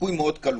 הסיכוי מאוד קלוש.